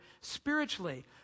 spiritually